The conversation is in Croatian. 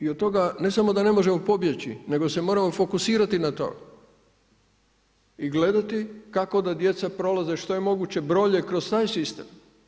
I od toga ne samo da ne možemo pobjeći, nego se moramo fokusirati na to i gledati kako da djeca prolaze što je moguće bolje kroz taj sistem.